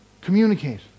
communicate